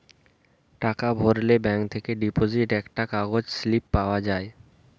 টাকা ভরলে ব্যাঙ্ক থেকে ডিপোজিট একটা কাগজ স্লিপ পাওয়া যায়